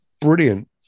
brilliant